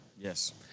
Yes